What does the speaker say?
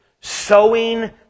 sowing